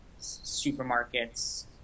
supermarkets